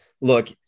look